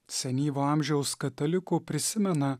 senyvo amžiaus katalikų prisimena